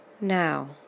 Now